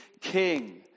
king